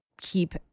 keep